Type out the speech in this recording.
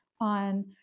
on